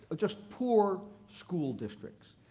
ah just poor school districts.